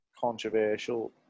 controversial